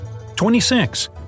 26